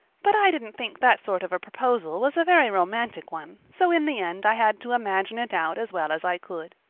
but i didn't think that sort of a proposal was a very romantic one, so in the end i had to imagine it out as well as i could.